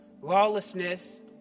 Lawlessness